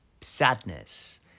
Sadness